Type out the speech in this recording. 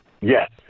Yes